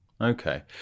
okay